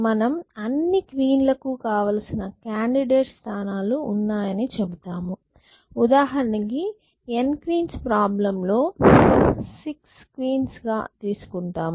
మనం అన్ని క్వీన్ లకు కావాల్సిన కాండిడేట్ స్థానాలు ఉన్నాయని చెబుతాము ఉదాహరణకి n క్వీన్స్ ప్రాబ్లెమ్ లో 6 క్వీన్స్ గా తీసుకుందాం